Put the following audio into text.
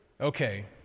Okay